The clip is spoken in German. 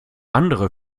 andere